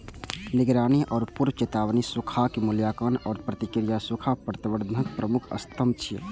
निगरानी आ पूर्व चेतावनी, सूखाक मूल्यांकन आ प्रतिक्रिया सूखा प्रबंधनक प्रमुख स्तंभ छियै